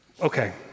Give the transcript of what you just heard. Okay